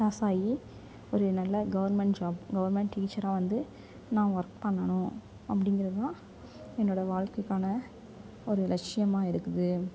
pass ஆகி ஒரு நல்ல கவர்மெண்ட் ஜாப் கவர்மெண்ட் டீச்சராக வந்து நான் ஒர்க் பண்ணணும் அப்படிங்கிறதுதான் என்னோடய வாழ்க்கைக்கான ஒரு லட்சியமாக இருக்குது